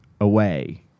away